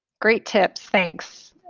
great tips thanks